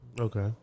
Okay